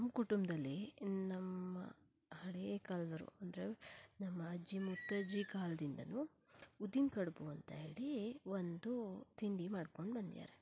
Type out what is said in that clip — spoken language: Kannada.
ನಮ್ಮ ಕುಟುಂಬದಲ್ಲಿ ನಮ್ಮ ಹಳೆಯ ಕಾಲದೋರು ಅಂದರೆ ನಮ್ಮ ಅಜ್ಜಿ ಮುತ್ತಜ್ಜಿ ಕಾಲದಿಂದನೂ ಉದ್ದಿನ ಕಡುಬು ಅಂತ ಹೇಳಿ ಒಂದು ತಿಂಡಿ ಮಾಡ್ಕೊಂಡು ಬಂದಿದ್ದಾರೆ